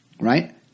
right